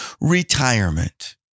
retirement